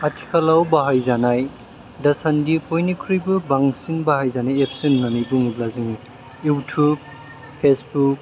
आथिखालाव बाहायजानाय दासान्दि बयनिख्रुयबो बांसिन बाहायजानाय एपस होननानै बुङोब्ला जों इउथुब फेसबुक